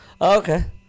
Okay